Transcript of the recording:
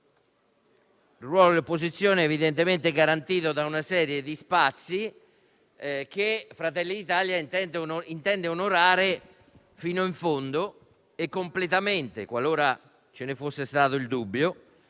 al ruolo dell'opposizione, evidentemente tutelato da una serie di spazi che Fratelli d'Italia intende onorare fino in fondo e completamente (qualora ce ne fosse stato il dubbio),